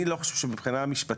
אני לא חושב שמבחינה משפטית,